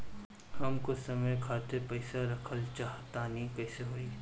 हम कुछ समय खातिर पईसा रखल चाह तानि कइसे होई?